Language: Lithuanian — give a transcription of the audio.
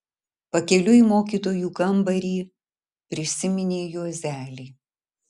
pakeliui į mokytojų kambarį prisiminė juozelį